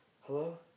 hello